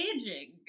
aging